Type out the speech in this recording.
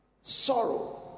sorrow